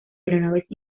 aeronaves